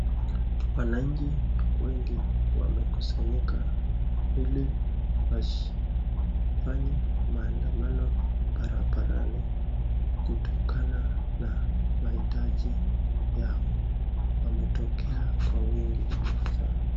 Wananchi wengi wamekusanyika, ili wafanye maandamano barabarani, kutokana na mahitaji yao, wametokea kwa wingi sana.